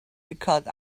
because